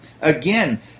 Again